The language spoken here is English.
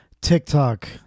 TikTok